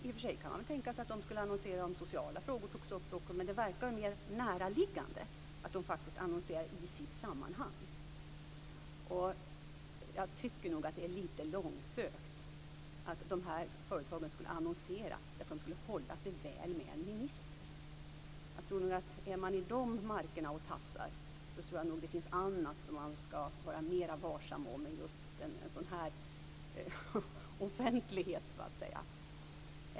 I och för sig kan man väl tänka sig att de skulle annonsera om sociala frågor togs upp också, men det verkar mer näraliggande att de faktiskt annonserar i sitt eget sammanhang. Jag tycker nog att det är lite långsökt att de här företagen skulle annonsera för att hålla sig väl med en minister. Jag tror att om man är i de markerna och tassar finns det nog annat som man ska vara mer varsam om än en sådan här offentlighet, så att säga.